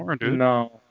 No